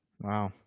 Wow